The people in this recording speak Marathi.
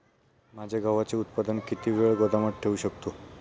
माझे गव्हाचे उत्पादन किती वेळ गोदामात ठेवू शकतो?